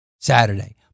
Saturday